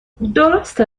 درسته